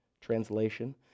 translation